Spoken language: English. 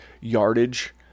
yardage